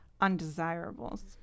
undesirables